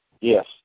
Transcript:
Yes